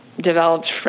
developed